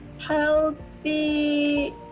healthy